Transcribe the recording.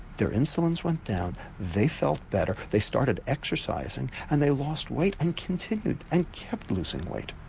their insulins went down, they felt better, they started exercising and they lost weight and continued and kept losing weight.